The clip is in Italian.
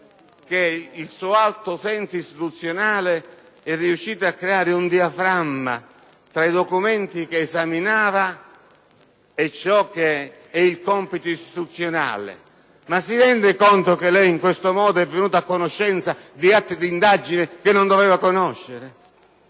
che il suo alto senso istituzionale è riuscito a creare un diaframma tra i documenti che esaminava e ciò che è il compito istituzionale. Ma si rende conto che lei in questo modo è venuto a conoscenza di atti di indagine che non doveva conoscere?